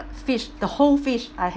fish the whole fish I had